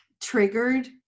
triggered